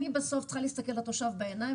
אני בסוף צריכה להסתכל לתושב בעיניים